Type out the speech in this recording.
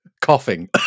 Coughing